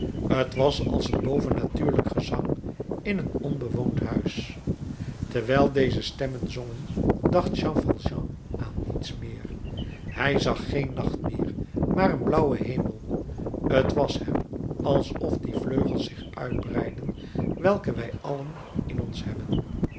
t was als een bovennatuurlijk gezang in een onbewoond huis terwijl deze stemmen zongen dacht jean valjean aan niets meer hij zag geen nacht meer maar een blauwen hemel t was hem alsof die vleugels zich uitbreidden welke wij allen in ons hebben